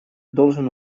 должен